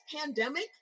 pandemic